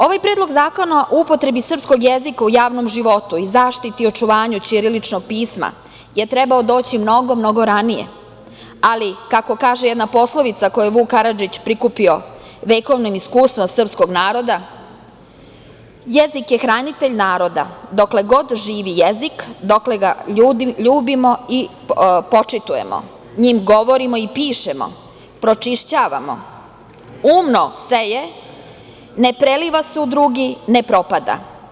Ovaj Predlog zakona o upotrebi srpskog jezika u javnom životu i zaštiti i očuvanju ćiriličnog pisma je trebalo doći mnogo, mnogo ranije, ali kako kaže jedna poslovica koju je Vuk Karadžić prikupio vekovnim iskustvom srpskog naroda - jezik je hranitelj naroda, dokle god živi jezik, dokle ga ljubimo i počitujemo, njim govorimo i pišemo, pročišćavamo, umno seje, ne preliva se u drugi, ne propada.